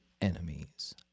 enemies